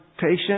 patient